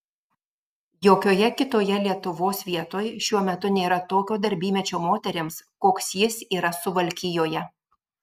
jokioje kitoje lietuvos vietoj šiuo metu nėra tokio darbymečio moterims koks jis yra suvalkijoje